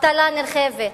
אבטלה נרחבת,